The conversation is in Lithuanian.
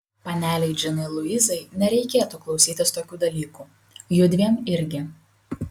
panelei džinai luizai nereikėtų klausytis tokių dalykų judviem irgi